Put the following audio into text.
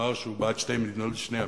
ואמר שהוא בעד שתי מדינות לשני עמים,